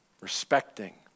respecting